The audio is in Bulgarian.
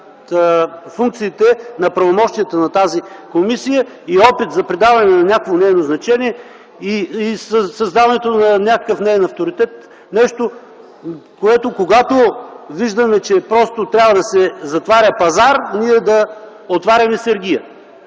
функциите на правомощията на тази комисия и опит за придаване на някакво нейно значение и създаването на някакъв неин авторитет – нещо, което, когато виждаме, че просто трябва да се затваря пазар ние да отваряме сергия.